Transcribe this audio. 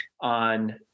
on